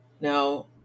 now